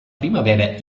primavera